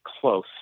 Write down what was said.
close